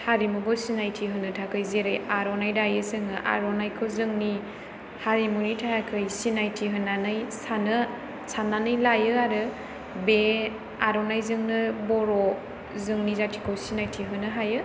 हारिमुबो सिनायथि होनो थाखाय जेरै आर'नाइ दायो जोङो आर'नाइखौ जोंनि हारिमुनि थाखाय सिनायथि होनानै सानो सान्नानै लायो आरो बे आर'नाइ जोंनो बर' जोंनि जाथिखौ सिनायथि होनो हायो